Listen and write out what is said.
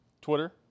Twitter